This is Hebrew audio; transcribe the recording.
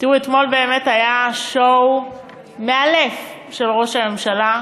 תראו, אתמול באמת היה show מאלף של ראש הממשלה.